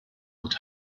und